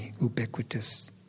ubiquitous